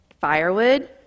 Firewood